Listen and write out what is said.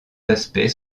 aspects